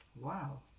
Wow